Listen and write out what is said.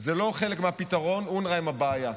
זה לא חלק מהפתרון, אונר"א הם הבעיה.